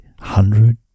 hundred